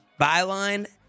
Byline